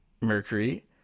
Mercury